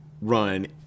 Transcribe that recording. run